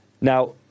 Now